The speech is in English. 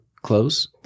Close